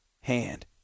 hand